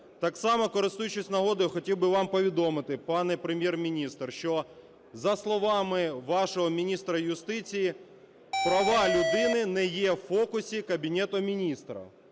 Так само, користуючись нагодою, хотів би вам повідомити, пане Прем'єр-міністре, що, за словами вашого міністра юстиції, права людини не є в фокусі Кабінету Міністрів.